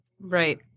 Right